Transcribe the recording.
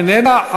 איננה,